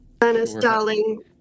darling